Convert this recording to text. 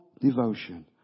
devotion